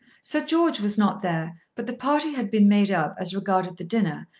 sir george was not there, but the party had been made up, as regarded the dinner,